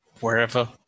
wherever